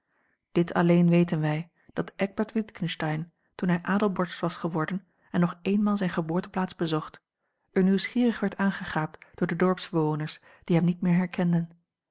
dit alleen weten wij dat eckbert witgensteyn toen hij adelborst was geworden en nog eenmaal zijne geboorteplaats bezocht er nieuwsgierig werd aangegaapt door de dorpsbewoners die hem niet meer herkenden